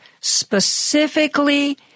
specifically